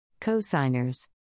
Co-Signers